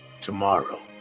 Tomorrow